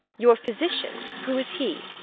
your physician? who is he?